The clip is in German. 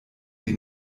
die